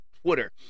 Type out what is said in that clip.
Twitter